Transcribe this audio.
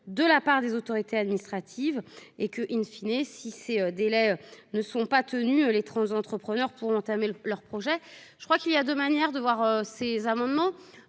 de la part des autorités administratives. Si ces délais ne sont pas tenus, les entrepreneurs pourront entamer leur projet. Il y a deux manières de voir ces amendements